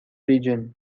region